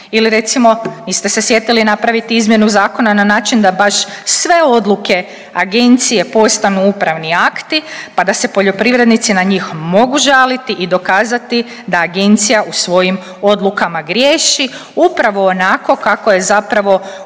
ili recimo niste se sjetili napraviti izmjenu zakona na način da baš sve odluke agencije postanu upravni akti pa da se poljoprivrednici na njih mogu žaliti i dokazati da agencija u svojim odlukama griješi upravo onako kako je zapravo